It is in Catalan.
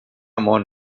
món